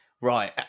Right